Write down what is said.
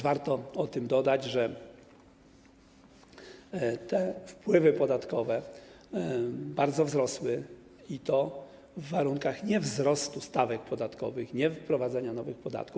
Warto też dodać, że te wpływy podatkowe bardzo wzrosły, i to w warunkach nie wzrostu stawek podatkowych, nie wprowadzenia nowych podatków.